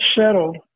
settled